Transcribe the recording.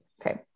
Okay